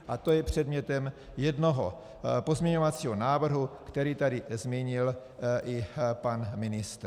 A to je předmětem jednoho pozměňovacího návrhu, který tady zmínil i pan ministr.